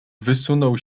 wysunął